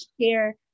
share